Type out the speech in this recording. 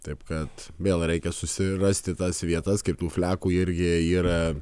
taip kad vėl reikia susirasti tas vietas kaip tų flekų irgi ir